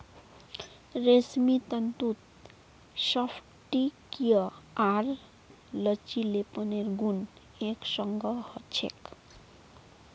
रेशमी तंतुत स्फटिकीय आर लचीलेपनेर गुण एक संग ह छेक